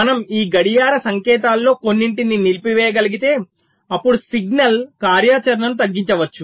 మనము ఈ గడియార సంకేతాలలో కొన్నింటిని నిలిపివేయగలిగితే అప్పుడు సిగ్నల్ కార్యాచరణను తగ్గించవచ్చు